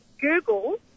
Google